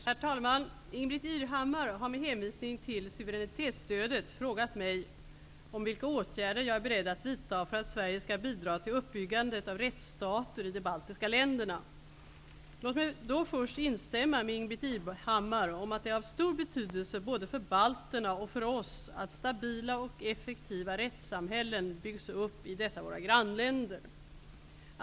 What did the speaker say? Herr talman! Ingbritt Irhammar har med hänvisning till suveränitetsstödet frågat mig vilka åtgärder jag är beredd att vidta för att Sverige skall bidra till uppbyggandet av rättsstater i de baltiska länderna. Låt mig då först instämma med Ingbritt Irhammar om att det är av stor betydelse både för balterna och för oss att stabila och effektiva rättssamhällen byggs upp i dessa våra grannländer.